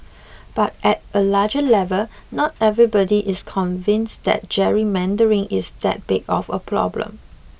but at a larger level not everybody is convinced that gerrymandering is that big of a problem